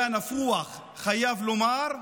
היה נפוח, חייב לומר,